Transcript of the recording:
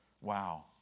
Wow